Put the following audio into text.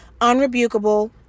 unrebukable